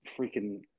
freaking